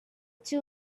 two